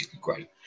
great